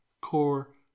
core